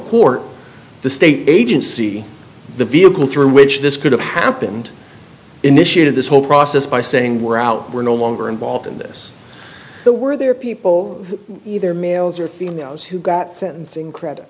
court the state agency the vehicle through which this could have happened initiated this whole process by saying we're out we're no longer involved in this were there people either males or females who got sentencing credit